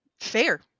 Fair